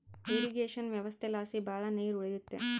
irrigation ವ್ಯವಸ್ಥೆಲಾಸಿ ಭಾಳ ನೀರ್ ಉಳಿಯುತ್ತೆ